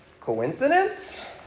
Coincidence